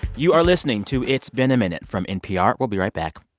you are listening to it's been a minute from npr. we'll be right back